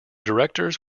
directors